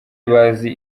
bazi